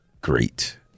great